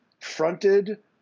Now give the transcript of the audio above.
fronted